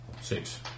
six